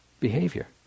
behavior